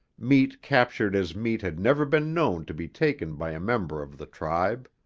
meat captured as meat had never been known to be taken by a member of the tribe.